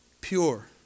pure